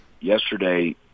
Yesterday